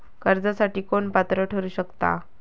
कर्जासाठी कोण पात्र ठरु शकता?